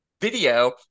video